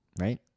Right